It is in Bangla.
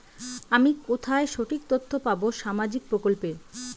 আমি কোথায় সঠিক তথ্য পাবো সামাজিক প্রকল্পের?